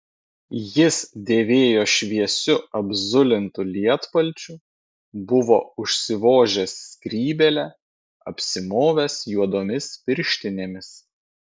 jis dėvėjo šviesiu apzulintu lietpalčiu buvo užsivožęs skrybėlę apsimovęs juodomis pirštinėmis